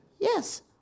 Yes